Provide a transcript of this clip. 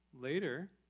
later